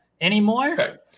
anymore